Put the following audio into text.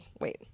wait